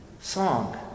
song